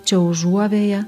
čia užuovėja